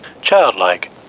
Childlike